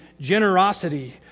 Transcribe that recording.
generosity